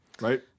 Right